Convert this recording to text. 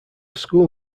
school